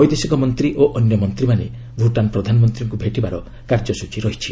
ବୈଦେଶିକ ମନ୍ତ୍ରୀ ଓ ଅନ୍ୟ ମନ୍ତ୍ରୀମାନେ ଭୁଟାନ୍ ପ୍ରଧାନମନ୍ତ୍ରୀଙ୍କୁ ଭେଟିବାର କାର୍ଯ୍ୟସ୍ଟଚୀ ରହିଛି